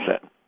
set